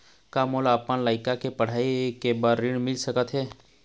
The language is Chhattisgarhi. का मोला अपन लइका के पढ़ई के बर ऋण मिल सकत हे?